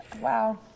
Wow